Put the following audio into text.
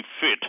fit